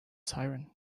siren